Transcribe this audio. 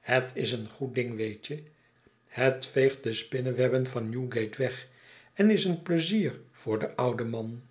het is een goed ding weet je het veegt de spinnewebben van newgate weg en is een pleizier voor den ouden man